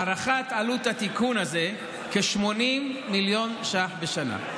הערכת עלות של התיקון המוצע הינה כ-80 מיליון שקלים בשנה.